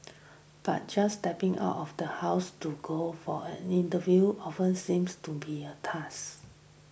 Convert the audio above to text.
but just stepping out of the house to go for an interview often seems to be a